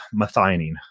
methionine